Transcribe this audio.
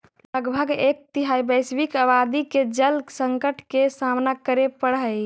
लगभग एक तिहाई वैश्विक आबादी के जल संकट के सामना करे पड़ऽ हई